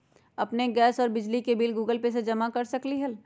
अपन गैस और बिजली के बिल गूगल पे से जमा कर सकलीहल?